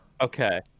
Okay